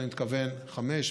אני מתכוון חמש,